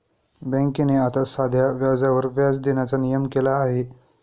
बँकेने आता साध्या व्याजावर व्याज देण्याचा नियम केला आहे